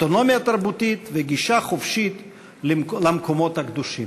אוטונומיה תרבותית וגישה חופשית למקומות הקדושים.